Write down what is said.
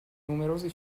numerosi